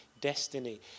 destiny